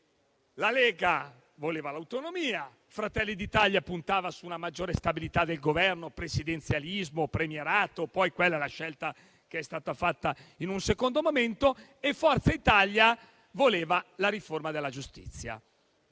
la Lega voleva l'autonomia, Fratelli d'Italia puntava su una maggiore stabilità del Governo - presidenzialismo o premierato è una scelta che è stata fatta in un secondo momento - e Forza Italia voleva la riforma della giustizia.